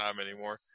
anymore